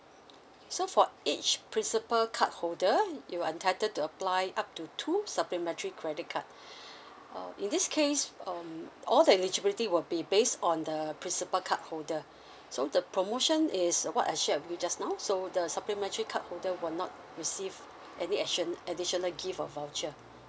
so for each principle card holder you are entitled to apply it up to two supplementary credit card uh in this case um all eligibility will be based on the principle card holder so the promotion is what actually I briefed just now so the supplementary card holder will not receive any addi~ any additional gift or voucher